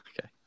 Okay